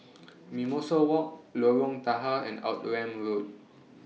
Mimosa Walk Lorong Tahar and Road